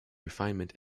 refinement